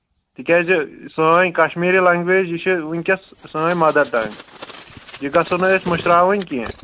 تِکیٛازِ سٲنۍ کشمیٖری لنٛگویج یہِ چھِ وٕنۍکٮ۪س سٲنۍ مَدَر ٹنٛگ یہِ گژھو نہٕ أسۍ مٔشراوٕنۍ کیٚنٛہہ